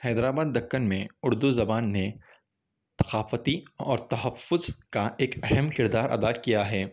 حیدرآباد دکن میں اُردو زبان نے ثقافتی اور تحفظ کا ایک اہم کردار ادا کیا ہے